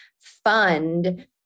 fund